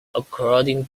according